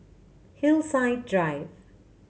Hillside Drive